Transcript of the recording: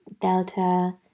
Delta